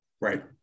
Right